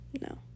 No